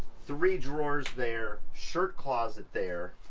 three drawers there, shirt closet there,